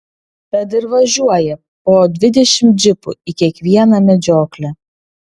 tad ir važiuoja po dvidešimt džipų į kiekvieną medžioklę